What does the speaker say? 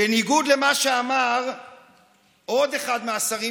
בניגוד למה שאמר עוד אחד מהשרים,